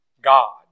God